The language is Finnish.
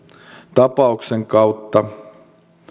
tapauksen kautta